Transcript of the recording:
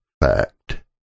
fact